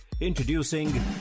Introducing